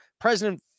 President